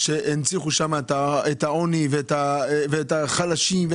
שהנציחו שם את העוני ואת החלשים.